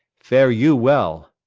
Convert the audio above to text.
fare you well.